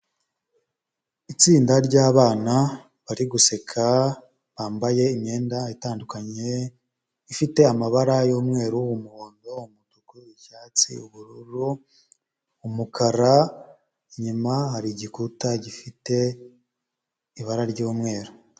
Itsinda ry'abana bari guseka bambaye imyenda itandukanye, ifite amabara y'umweru, umuhondo, umutuku, icyatsi, ubururu, umukara, inyuma hari igikuta gifite ibara ry'umweru.